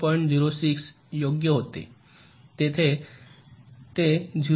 06 योग्य होते येथे ते 0